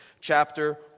chapter